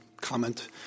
comment